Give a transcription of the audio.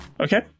Okay